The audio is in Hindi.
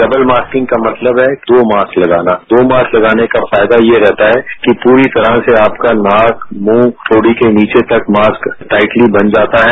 डबल मास्किंग का मतलब है दो मास्क लगाना दो मास्क लगाने का फायदा यह है कि पूरी तरह से नाक मुँह थोडी के नीचे तक मास्क टाईटली बंध जाता है